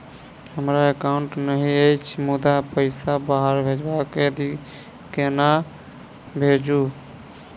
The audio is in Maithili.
हमरा एकाउन्ट नहि अछि मुदा पैसा बाहर भेजबाक आदि केना भेजू?